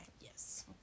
Yes